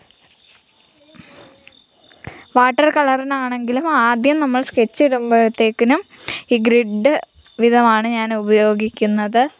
water കളറിനാണെങ്കിലും ആദ്യം നമ്മൾ സ്കെച്ചിടുമ്പോഴത്തേയ്ക്കിനും ഈ ഗ്രിഡ്ഡ് വിധമാണ് ഞാൻ ഉപയോഗിക്കുന്നത്